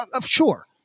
sure